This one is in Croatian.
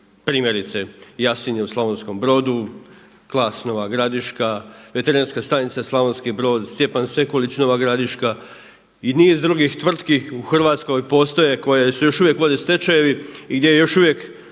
Primjerice Jasinje u Slavonskom Brodu, Klas Nova Gradiška, Veterinarska stanica Slavonski Brod, Stjepan Sekulić Nova Gradiška i niz drugih tvrtki u Hrvatskoj postoje koje se još uvijek vode stečajevi i gdje još uvijek